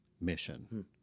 mission